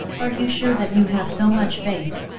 are you sure that you have so much face?